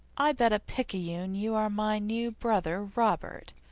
i bet a picayune you are my new brother, robert,